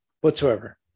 whatsoever